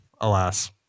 alas